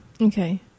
Okay